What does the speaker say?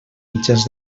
mitjans